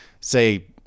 say